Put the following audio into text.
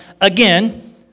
again